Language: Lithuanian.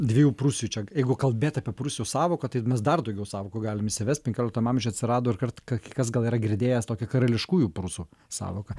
dviejų prūsių čia jeigu kalbėt apie prūsių sąvoką tai mes dar daugiau sąvokų galim įsivest penkioliktam amžiuj atsirado ir kart ka kas gal yra girdėjęs tokią karališkųjų prūsų sąvoką